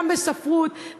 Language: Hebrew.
גם בספרות,